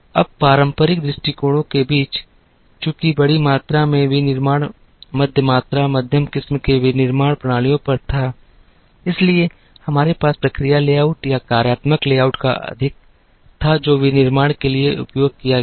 अब पारंपरिक दृष्टिकोणों के बीच चूंकि बड़ी मात्रा में विनिर्माण मध्य मात्रा मध्यम किस्म के विनिर्माण प्रणालियों पर था इसलिए हमारे पास प्रक्रिया लेआउट या कार्यात्मक लेआउट का अधिक था जो विनिर्माण के लिए उपयोग किया गया था